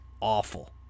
awful